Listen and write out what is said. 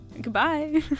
Goodbye